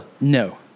No